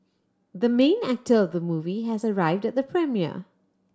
the main actor of the movie has arrived at the premiere